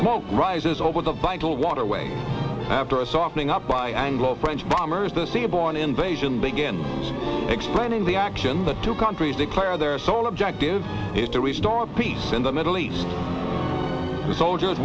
smoke rises over the vital waterway after a softening up by anglo french bombers the seaborne invasion begin explaining the action the two countries declare their sole objective is to restore peace in the middle east the soldier